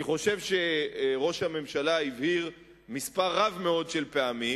אני חושב שראש הממשלה הבהיר מספר רב מאוד של פעמים,